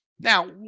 Now